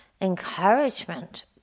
encouragement